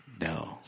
No